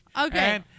Okay